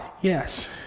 yes